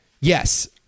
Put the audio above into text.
yes